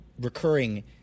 recurring